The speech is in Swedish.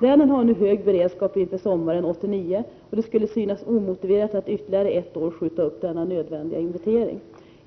Länen har nu hög beredskap inför sommaren 1989, och det skulle synas omotiverat att ytterligare ett år skjuta upp denna nödvändiga inventering.